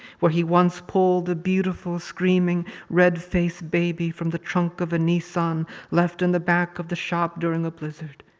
where he once pulled a beautiful screaming red-faced baby from the trunk of a nissan left in the back of the shop during a blizzard.